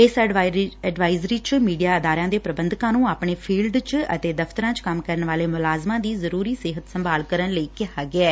ਇਸ ਐਡਵਾਇਜਰੀ ਚ ਮੀਡੀਆ ਅਦਾਰਿਆਂ ਦੇ ਪ੍ਰਬੰਧਕਾਂ ਨੂੰ ਆਪਣੇ ਫੀਲਡ ਚ ਅਤੇ ਦਫ਼ਤਰਾਂ ਚ ਕੰਮ ਕਰਨ ਵਾਲੇ ਮੁਲਾਜ਼ਮਾਂ ਦੀ ਜ਼ਰੂਰੀ ਸਿਹਤ ਸੰਭਾਲ ਕਰਨ ਲਈ ਕਿਹਾ ਗਿਐ